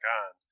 on